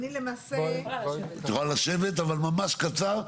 את יכולה לשבת אבל ממש קצר,